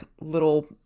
little